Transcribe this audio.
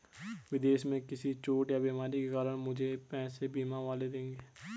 विदेश में किसी चोट या बीमारी के कारण मुझे पैसे बीमा वाले देंगे